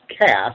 cast